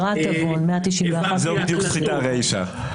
זה בדיוק סחיטה רישה.